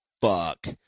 fuck